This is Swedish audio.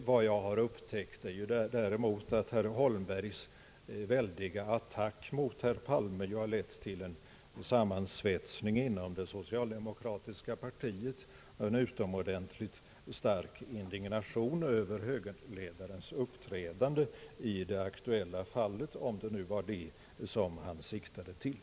Vad jag har upptäckt är däremot, att herr Holmbergs väldiga attack mot herr Palme har lett till en sammansvetsning inom det socialdemokratiska partiet och en utomordentligt stark indignation över högerledarens uppträdande i det aktuella fallet, om det nu var det han siktade till.